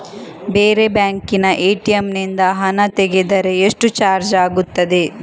ಬೇರೆ ಬ್ಯಾಂಕಿನ ಎ.ಟಿ.ಎಂ ನಿಂದ ಹಣ ತೆಗೆದರೆ ಎಷ್ಟು ಚಾರ್ಜ್ ಆಗುತ್ತದೆ?